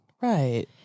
Right